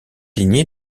lignée